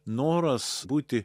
noras būti